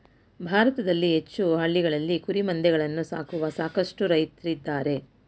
ಭಾರತದಲ್ಲಿ ಹೆಚ್ಚು ಹಳ್ಳಿಗಳಲ್ಲಿ ಕುರಿಮಂದೆಗಳನ್ನು ಸಾಕುವ ಸಾಕಷ್ಟು ರೈತ್ರಿದ್ದಾರೆ